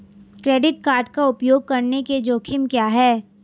Credit card का उपयोग करने के जोखिम क्या हैं?